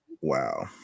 Wow